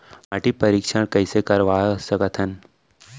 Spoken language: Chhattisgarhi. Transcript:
माटी परीक्षण कइसे करवा सकत हन?